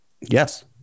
Yes